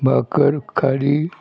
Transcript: भाकर खाडी